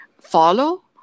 follow